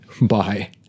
Bye